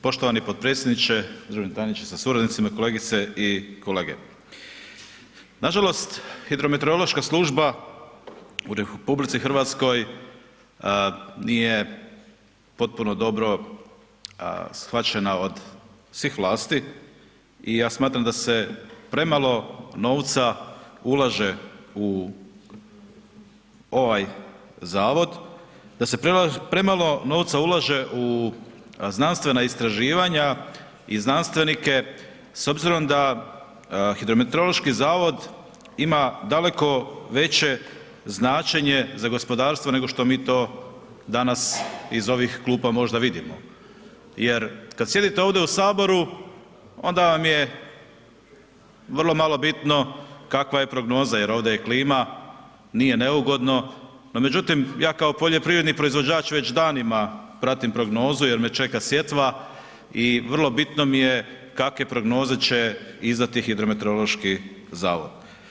Poštovani potpredsjedniče, državni tajniče sa suradnicima, kolegice i kolege, nažalost hidrometeorološka služba u RH nije potpuno dobro shvaćena od svih vlasti i ja smatram da se premalo novca ulaže u ovaj zavod, da se premalo novca ulaže u znanstvena istraživanja i znanstvenike s obzirom da hidrometeorološki zavod ima daleko veće značenje za gospodarstvo nego što mi to danas iz ovih klupa možda vidimo jer kad sjedite ovdje u HS onda vam je vrlo malo bitno kakva je prognoza jer ovdje je klima, nije neugodno, no međutim, ja kao poljoprivredni proizvođač već danima pratim prognozu jer me čeka sjetva i vrlo bitno mi je kakve prognoze će izdati hidrometeorološki zavod.